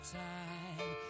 time